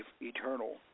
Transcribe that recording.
eternal